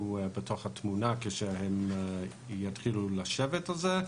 בתוך התמונה כשהם יתחילו לשבת על זה,